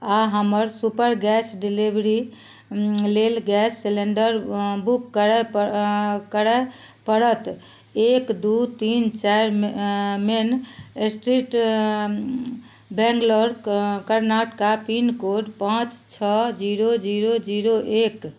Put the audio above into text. आ हमरा super gas delivery लेल गैस सिलेंडर बुक करय करय पड़त एक दू तीन चाइर main street Bangalore Karnataka pin code पाँच छओ जीरो जीरो जीरो एक